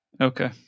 Okay